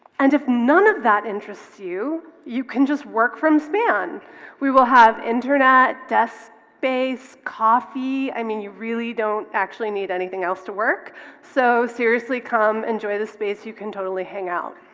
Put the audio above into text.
and if none of that interests you you can just work from span we will have internet death space coffee i mean you really don't actually need anything else to work so seriously come enjoy the space you can totally hang out